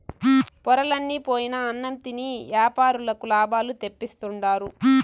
పొరలన్ని పోయిన అన్నం తిని యాపారులకు లాభాలు తెప్పిస్తుండారు